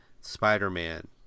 Spider-Man